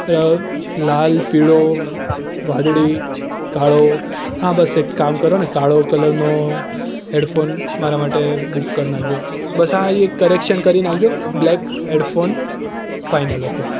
લાલ પીળો વાદળી કાળો હા બસ એક કામ કરો ને કાળો કલરનો હેડફોન મારા માટે બુક કરી નાખજો બસ હા એક કરેક્શન કરી નાખજો બ્લેક હેડફોન ફાઇનલ ઓકે